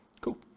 Cool